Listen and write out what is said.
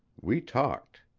we talked.